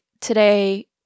today